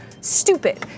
stupid